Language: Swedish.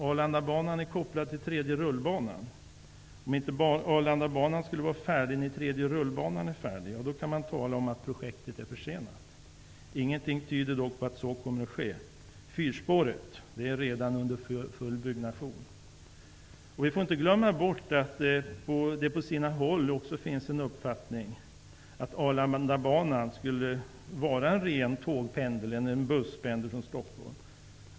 Arlandabanan är kopplad till tredje rullbanan. Om inte Arlandabanan skulle vara färdig när tredje rullbanan är färdig kan man tala om att projektet är försenat. Ingenting tyder dock på att det kommer att bli fallet. Fyrspåret är redan under full byggnation. Vi får inte glömma bort att man på sina håll haft uppfattningen att Arlandabanan skall vara en ren tågpendel i stället för en busspendel från Stockholm.